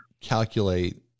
calculate